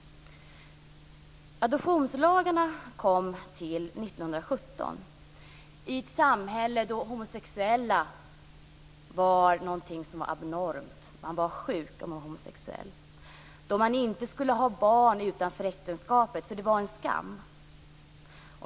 Adoptionslagarna tillkom 1917 i ett samhälle då homosexuella var något som var abnormt. Man var sjuk om man var homosexuell. Man skulle inte ha barn utanför äktenskapet, eftersom det var en skam.